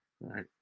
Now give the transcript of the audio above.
right